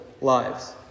lives